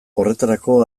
horretarako